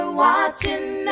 watching